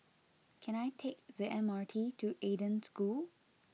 can I take the M R T to Eden School